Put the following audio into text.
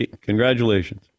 Congratulations